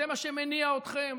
זה מה שמניע אתכם.